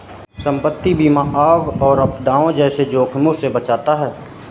संपत्ति बीमा आग और आपदाओं जैसे जोखिमों से बचाता है